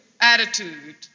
attitude